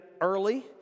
early